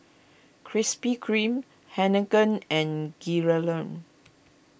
Krispy Kreme Heinekein and Gilera